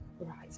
Right